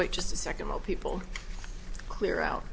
wait just a second more people clear out